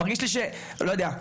מרגיש לי שאני לא יודע,